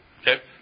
Okay